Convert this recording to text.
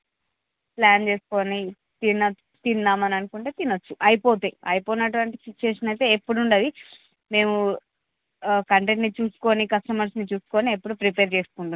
plan చేసుకుని తిన తిందామని అనుకుంటే తిన వచ్చు అయిపోతాయి అయిపోనటువంటి సిచ్యువేషన్ అయితే ఎప్పుడూ ఉండదు మేము ఆ కంటెంట్ని చూసుకుని కస్టమర్స్ని చూసుకుని ఎప్పుడూ ప్రిపేర్ చేసుకుంటూనే ఉంటాం